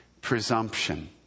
Presumption